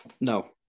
No